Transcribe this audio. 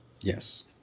Yes